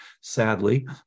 sadly